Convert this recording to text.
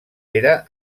era